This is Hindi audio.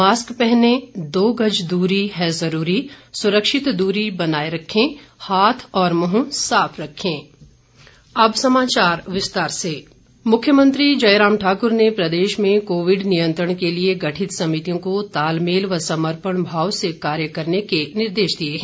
मास्क पहनें दो गज दूरी है जरूरी सुरक्षित दूरी बनाये रखें हाथ और मुंह साफ रखें और अब समाचार विस्तार से मुख्यमंत्री मुख्यमंत्री जयराम ठाक्र ने प्रदेश में कोविड नियंत्रण के लिए गठित समितियों को तालमेल व समर्पण भाव से कार्य करने के निर्देश दिए हैं